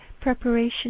preparation